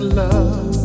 love